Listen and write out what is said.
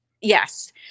yes